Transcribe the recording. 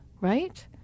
right